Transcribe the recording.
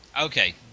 Okay